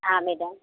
हाँ मैडम